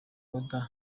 oda